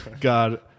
God